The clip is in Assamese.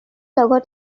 লগত